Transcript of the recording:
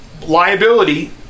liability